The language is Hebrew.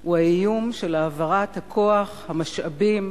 הוא האיום של העברת הכוח, המשאבים,